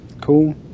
cool